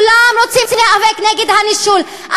כולם רוצים להיאבק נגד הנישול.